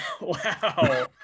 Wow